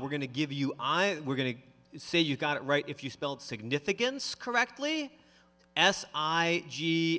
we're going to give you i were going to say you got it right if you spelled significance correctly s i g